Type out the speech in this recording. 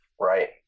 Right